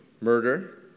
murder